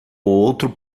outro